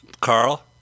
Carl